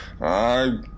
I